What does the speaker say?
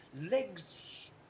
legs